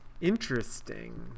Interesting